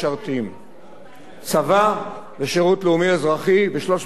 צבא ושירות לאומי-אזרחי, ב-2007, הרוב צבא.